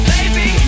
Baby